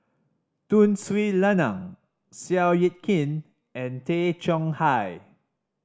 Tun Sri Lanang Seow Yit Kin and Tay Chong Hai